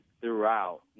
throughout